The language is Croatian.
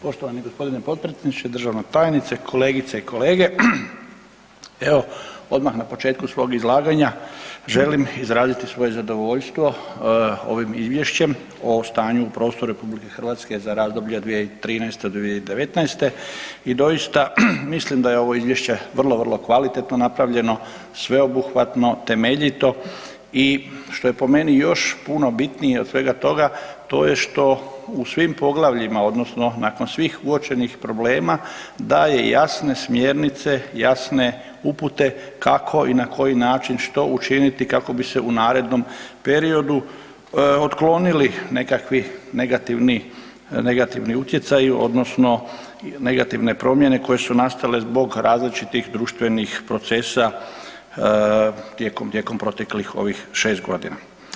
Poštovani gospodine potpredsjedniče, državna tajnice, kolegice i kolege, evo odmah na početku svog izlaganja želim izraziti svoje zadovoljstvo ovim Izvješćem o stanju u prostoru RH za razdoblje od 2013.-2019. i doista mislim da je ovo izvješće vrlo, vrlo kvalitetno napravljeno, sveobuhvatno, temeljito i što je po meni još puno bitnije od svega toga to je što u svim poglavljima odnosno nakon svih uočenih problema daje jasne smjernice, jasne upute kako i na koji način, što učiniti kako bi se u narednom periodu otklonili nekakvi negativni, negativni utjecaji odnosno negativne promjene koje su nastale zbog različitih društvenih procesa tijekom, tijekom proteklih ovih 6 godina.